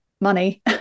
money